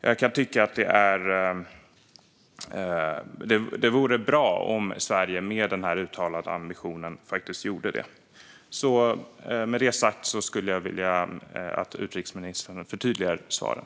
Jag kan tycka att det vore bra om Sverige med den här uttalade ambitionen faktiskt gjorde det. Med det sagt skulle jag vilja att utrikesministern förtydligar svaren.